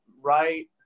right